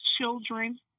children